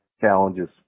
challenges